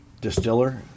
distiller